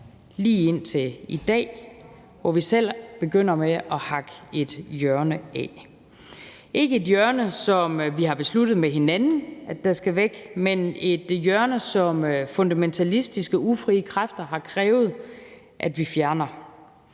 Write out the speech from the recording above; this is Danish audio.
lige indtil i dag, hvor vi selv begynder med at hakke et hjørne af. Det er ikke et hjørne, som vi har besluttet med hinanden skal væk, men et hjørne, som fundamentalistiske, ufrie kræfter har krævet vi fjerner.